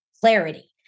clarity